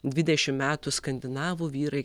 dvidešim metų skandinavų vyrai